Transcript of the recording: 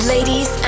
Ladies